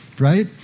right